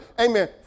Amen